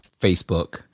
Facebook